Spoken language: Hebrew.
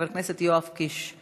חבר הכנסת יואב קיש,